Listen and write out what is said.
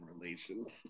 relations